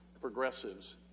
progressives